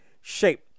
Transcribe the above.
shape